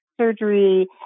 surgery